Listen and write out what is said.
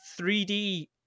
3D